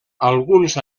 alguns